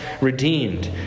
redeemed